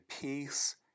peace